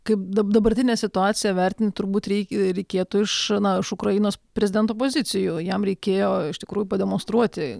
kaip da dabartinę situaciją vertinti turbūt rei reikėtų iš na iš ukrainos prezidento pozicijų jam reikėjo iš tikrųjų pademonstruoti